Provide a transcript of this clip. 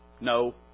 No